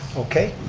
okay,